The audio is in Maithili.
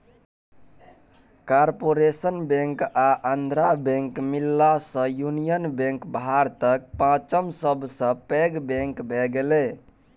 कारपोरेशन बैंक आ आंध्रा बैंक मिललासँ युनियन बैंक भारतक पाँचम सबसँ पैघ बैंक भए गेलै